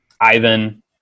Ivan